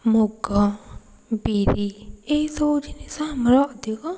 ମୁଗ ବିରି ଏହିସବୁ ଜିନିଷ ଆମର ଅଧିକ